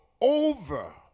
over